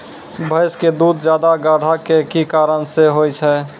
भैंस के दूध ज्यादा गाढ़ा के कि कारण से होय छै?